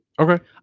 Okay